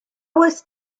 oes